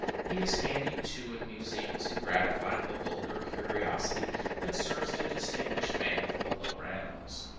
he is handy, too, in museums in gratifying the vulgar curiosity that serves to distinguish man from the lower animals.